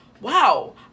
wow